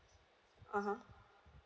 (uh huh)